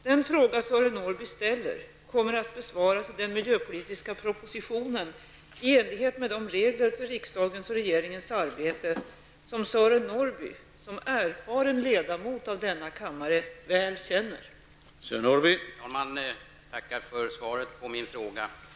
Den fråga Sören Norrby ställer kommer att besvaras i den miljöpolitiska propositionen i enlighet med de regler för riksdagens och regeringens arbete som Sören Norrby, som erfaren ledamot av denna kammare, väl känner till.